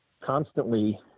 constantly